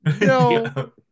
No